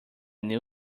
new